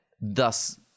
thus